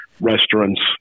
restaurants